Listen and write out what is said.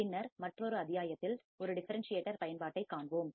பின்னர் மற்றொரு அத்தியாயத்தில் ஒரு டிஃபரண்டியட்டர் பயன்பாட்டைக் காண்போம்